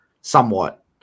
Somewhat